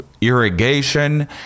irrigation